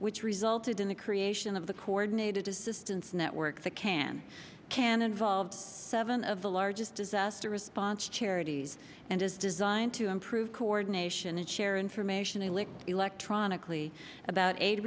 which resulted in the creation of the coordinated assistance network the can can involve seven of the largest disaster response charities and is designed to improve coordination and share information and links electronically about